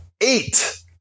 eight